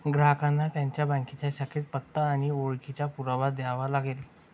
ग्राहकांना त्यांच्या बँकेच्या शाखेत पत्ता आणि ओळखीचा पुरावा द्यावा लागेल